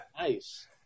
Nice